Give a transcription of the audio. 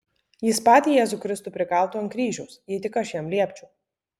jis patį jėzų kristų prikaltų ant kryžiaus jei tik aš jam liepčiau